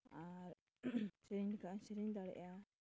ᱟᱨ ᱥᱮᱨᱮᱧ ᱞᱮᱠᱟᱧ ᱤᱧ ᱥᱮᱨᱮᱧ ᱫᱟᱲᱮᱭᱟᱜᱼᱟ